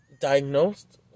diagnosed